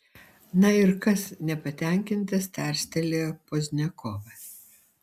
na ir kas nepatenkintas tarstelėjo pozdniakovas